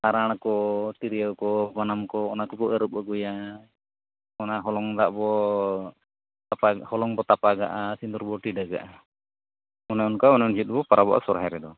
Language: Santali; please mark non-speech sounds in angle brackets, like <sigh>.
ᱟᱨᱟᱬᱠᱚ ᱛᱤᱨᱭᱳᱠᱚ ᱵᱟᱱᱟᱢᱠᱚ ᱚᱱᱟᱠᱚ ᱟᱵᱚᱵᱚ ᱟᱹᱨᱩᱵ ᱟᱹᱜᱩᱭᱟ ᱚᱱᱟ ᱦᱚᱞᱚᱝ ᱫᱟᱜᱵᱚ <unintelligible> ᱦᱚᱞᱚᱝᱵᱚ ᱛᱟᱯᱟᱜᱟᱜᱼᱟ ᱥᱤᱸᱫᱩᱨᱵᱚ ᱴᱤᱰᱟᱹᱜᱟᱜᱼᱟ ᱚᱱᱮ ᱚᱱᱠᱟ ᱩᱱ ᱡᱚᱦᱚᱜᱫᱚᱵᱚ ᱯᱟᱨᱟᱵᱚᱜᱼᱟ ᱥᱚᱨᱦᱟᱭ ᱨᱮᱫᱚ